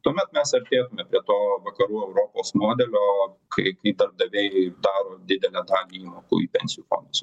tuomet mes artėjome prie to vakarų europos modelio kai kai darbdaviai daro didelę dalį įmokų į pensijų fondus